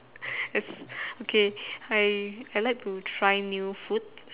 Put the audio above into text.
it's okay I I like to try new food